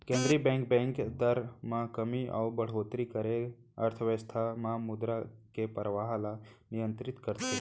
केंद्रीय bank, bank दर म कमी अउ बड़होत्तरी करके अर्थबेवस्था म मुद्रा के परवाह ल नियंतरित करथे